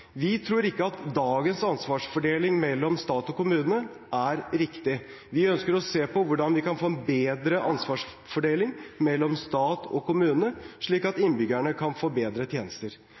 Vi tror ikke at dagens ansvarsfordeling mellom stat og kommune er riktig. Vi ønsker å se på hvordan vi kan få en bedre ansvarsfordeling mellom stat og kommune, slik at innbyggerne kan få bedre tjenester.